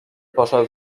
poszedł